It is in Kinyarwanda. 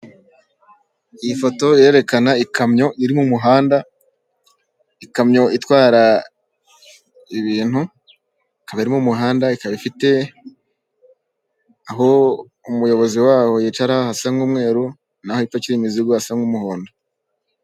Iyi foto irerekana ikamyo iri mu muhanda, ikamyo itwara ibintu, ikaba iri mu umuhanda, ikaba ifite aho umuyobozi waho yicara hasa nk'umweru naho ipakira imizigo hasa nk'umuhondo.